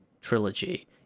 trilogy